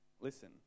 listen